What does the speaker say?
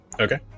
Okay